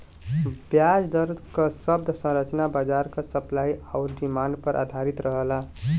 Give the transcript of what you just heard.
ब्याज दर क शब्द संरचना बाजार क सप्लाई आउर डिमांड पर आधारित रहला